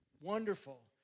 Wonderful